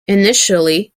initially